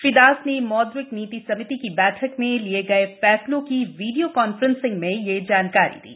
श्री दास ने मौद्रिक नीति समिति की बैठक में लिए गए फैसलों की वीडियो कांफ्रेंस में ये जानकारी दी